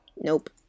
Nope